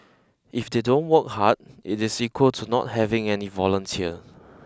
if they don't work hard it is equal to not having any volunteer